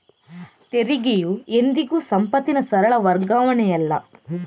ತೆರಿಗೆಯು ಎಂದಿಗೂ ಸಂಪತ್ತಿನ ಸರಳ ವರ್ಗಾವಣೆಯಲ್ಲ